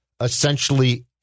essentially